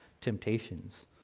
temptations